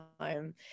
time